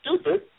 stupid